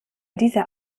dieser